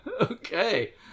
Okay